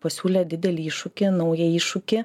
pasiūlė didelį iššūkį naują iššūkį